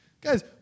guys